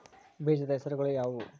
ಬೇಜದ ಹೆಸರುಗಳು ಯಾವ್ಯಾವು?